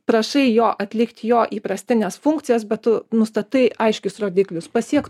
prašai jo atlikt jo įprastines funkcijas bet tu nustatai aiškius rodiklius pasiektu